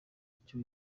icyo